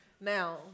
Now